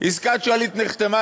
עסקת שליט נחתמה,